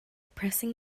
pressing